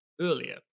earlier